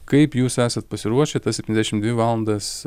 kaip jūs esat pasiruošę tas septyniasdešimt dvi valandas